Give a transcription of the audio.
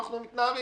אנחנו מתנערים.